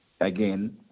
again